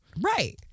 Right